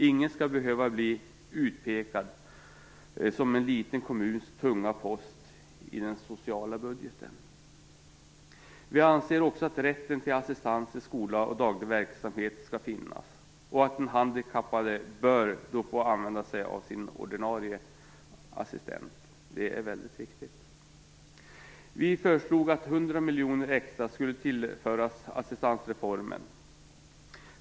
Ingen skall behöva bli utpekad som en liten kommuns tunga post i den sociala budgeten. Vi anser också att rätten till assistans i skola och daglig verksamhet skall finnas. Den handikappade bör då få använda sig av sin ordinarie assistent - det är viktigt. Vi föreslog att 100 miljoner extra skulle tillföras assistansreformen.